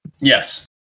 Yes